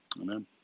Amen